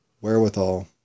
wherewithal